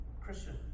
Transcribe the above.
Christian